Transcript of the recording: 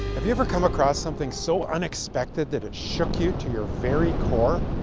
have you ever come across something so unexpected that it shook you to your very core?